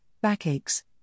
backaches